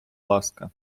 ласка